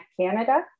Canada